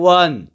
one